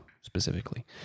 specifically